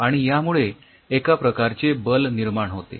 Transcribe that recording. आणि यामुळे एका प्रकारचे बल निर्माण होते